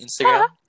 instagram